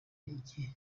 igihe